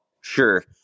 sure